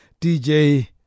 DJ